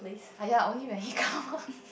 !aiya! only when he come